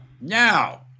now